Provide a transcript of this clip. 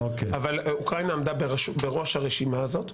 אבל אוקראינה עמדה בראש הרשימה הזאת.